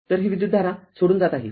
तर ही विद्युतधारा सोडून जात आहे